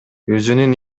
өзүнүн